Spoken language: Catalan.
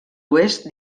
oest